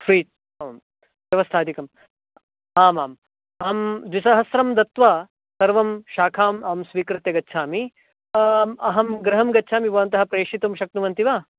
free व्यवस्थादिकम् आमाम् अहं द्विसहस्रं दत्वा सर्वं शाखां स्वीकृत्य गच्छामि अहं गृहं गच्छामि भवन्तः प्रेषितुं शक्नुवन्ति वा